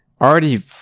already